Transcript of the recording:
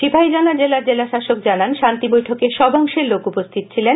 সিপাহীজলা জেলার জেলা শাসক জানান শান্তি বৈঠকে সব অংশের লোক উপস্থিত ছিলেন